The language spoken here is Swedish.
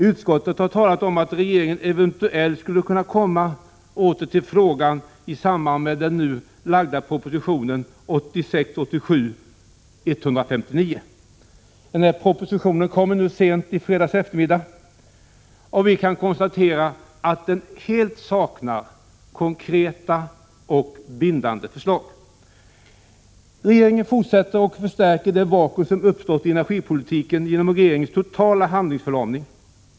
Utskottet talar om att regeringen eventuellt skulle återkomma i frågan i samband med den nu framlagda propositionen 1986/87:159. Den propositionen kom sent i fredags eftermiddag, och vi kan konstatera att den helt saknar konkreta och bindande förslag. Regeringen fortsätter och förstärker det vakuum som uppstått i energipolitiken genom regeringens totala handlingsförlamning.